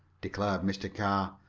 declared mr. carr,